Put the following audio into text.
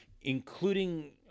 including